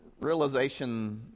realization